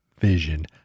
vision